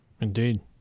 Indeed